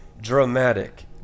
dramatic